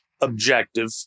objective